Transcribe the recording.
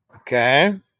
Okay